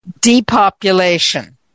depopulation